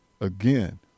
again